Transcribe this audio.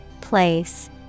Place